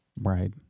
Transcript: Right